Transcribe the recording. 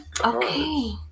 Okay